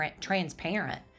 transparent